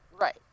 Right